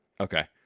Okay